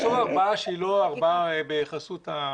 לאסור הרבעה שהיא לא הרבעה בחסות המדינה.